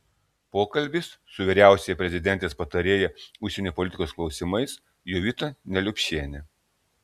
pokalbis su vyriausiąja prezidentės patarėja užsienio politikos klausimais jovita neliupšiene